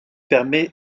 permet